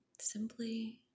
simply